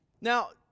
Now